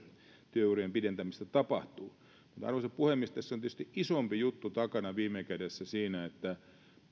työurien pidentämistä tapahtuu mutta arvoisa puhemies tässä on tietysti isompi juttu takana viime kädessä se että ihmiset